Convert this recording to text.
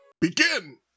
Begin